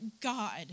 God